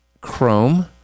Chrome